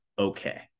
Okay